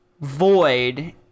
void